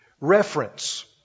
reference